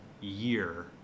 year